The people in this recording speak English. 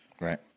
Right